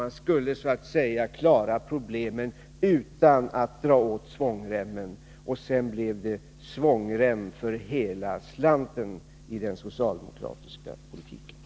Man skulle klara problemen utan att dra åt svångremmen. Sedan blev det svångrem för hela slanten i den socialdemokratiska politiken.